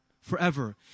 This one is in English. forever